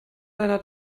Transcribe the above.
einer